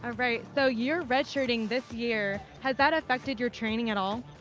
ah right. so you're red-shirting this year. has that affected your training at all?